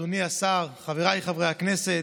אדוני השר, חבריי חברי הכנסת,